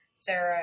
Sarah